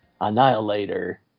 Annihilator